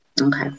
Okay